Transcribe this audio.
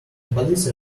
police